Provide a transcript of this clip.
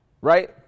Right